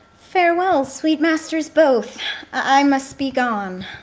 farewell, sweet masters, both i must be gone.